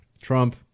Trump